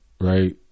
right